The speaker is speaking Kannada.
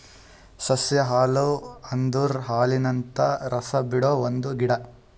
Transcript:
ಸಸ್ಯ ಹಾಲು ಅಂದುರ್ ಹಾಲಿನಂತ ರಸ ಬಿಡೊ ಒಂದ್ ಗಿಡ